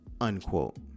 Unquote